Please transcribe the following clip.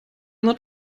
not